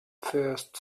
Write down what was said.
first